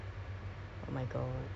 my sleep